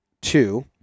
two